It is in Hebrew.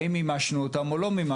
האם ממשנו אותם או לא?